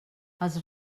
els